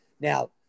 Now